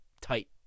tight